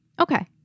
Okay